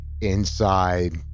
Inside